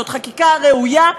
זאת חקיקה ראויה,